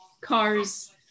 cars